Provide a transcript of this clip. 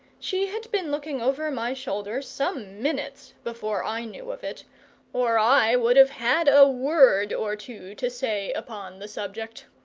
she had been looking over my shoulder some minutes before i knew of it or i would have had a word or two to say upon the subject.